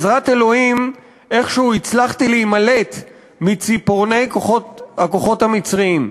בעזרת אלוהים איכשהו הצלחתי להימלט מציפורני הכוחות המצריים.